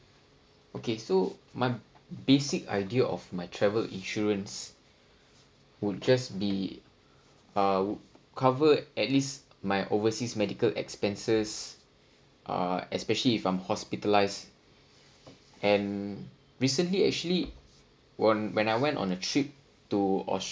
okay so my basic idea of my travel insurance would just be uh covered at least my overseas medical expenses uh especially if I'm hospitalised and recently actually on when I went on a trip to aus~